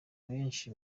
benshi